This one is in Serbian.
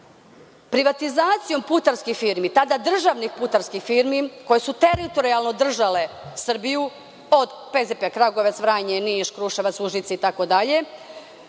Privatizacijom putarskih firmi, tada državnih putarskih firmi koje su teritorijalno držale Srbiju od Kragujevca, Vranja, Niš, Kruševac, Užice itd,